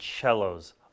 cellos